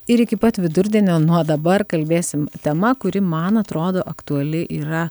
ir iki pat vidurdienio nuo dabar kalbėsim tema kuri man atrodo aktuali yra